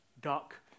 dark